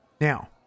Now